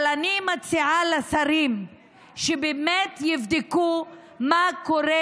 אבל אני מציעה לשרים שבאמת יבדקו מה קורה